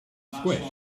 squished